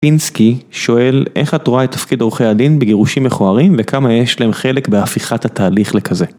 פינסקי שואל איך את רואה את תפקיד עורכי הדין בגירושים מכוערים, וכמה יש להם חלק בהפיכת התהליך לכזה?